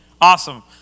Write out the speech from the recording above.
awesome